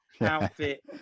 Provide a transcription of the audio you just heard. outfit